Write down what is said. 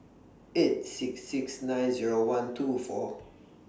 eight six six nine Zero one two four